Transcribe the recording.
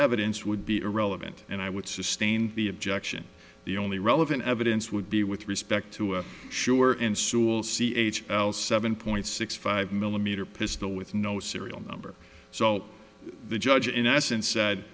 evidence would be irrelevant and i would sustain the objection the only relevant evidence would be with respect to a sure in sewell c h l seven point six five millimeter pistol with no serial number so the judge in essence said